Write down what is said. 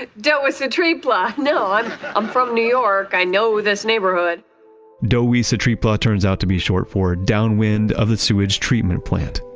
but dowisetrepla. no, i'm i'm from new york. i know this neighborhood dowisetrepla turns out to be short for downwind of the sewage treatment plant.